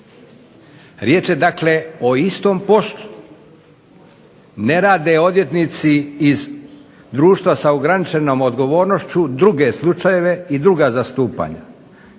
Riječ je dakle o istom poslu. Ne rade odvjetnici iz društva sa ograničenom odgovornošću druge slučajeve i druga zastupanja.